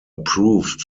approved